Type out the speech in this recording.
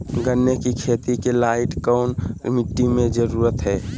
गन्ने की खेती के लाइट कौन मिट्टी की जरूरत है?